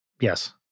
Yes